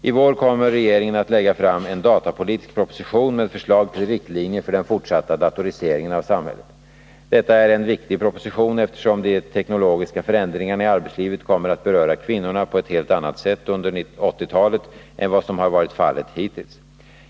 I vår kommer regeringen att lägga fram en datapolitisk proposition med förslag till riktlinjer för den fortsatta datoriseringen av samhället. Detta är en viktig proposition eftersom de teknologiska förändringarna i arbetslivet kommer att beröra kvinnorna på ett helt annat sätt under 1980-talet än vad som har varit fallet hittills.